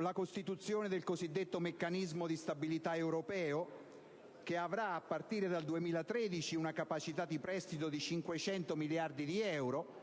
la costituzione del cosiddetto meccanismo europeo di stabilità che avrà, a partire dal 2013, una capacità di prestito di 500 miliardi di euro